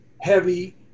heavy